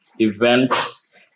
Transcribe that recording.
events